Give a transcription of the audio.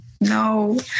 no